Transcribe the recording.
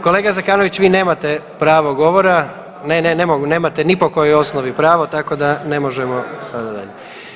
Kolega Zekanović vi nemate pravo govora, ne, ne, ne mogu, nemate ni po kojoj osnovi pravo tako da ne možemo sada dalje.